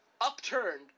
upturned